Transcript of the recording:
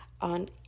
on